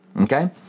Okay